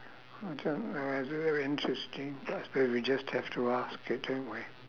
I don't ah as if they're interesting but I suppose we just have to ask it don't we